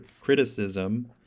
criticism